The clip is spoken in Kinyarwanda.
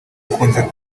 ukunze